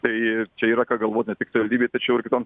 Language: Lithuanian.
tai čia yra ką galvot ne tik savivaldybei tačiau ir kitoms